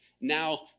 Now